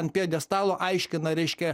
ant pjedestalo aiškina reiškia